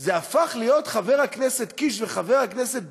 זה הפך להיות, חבר הכנסת קיש וחבר הכנסת ביטן,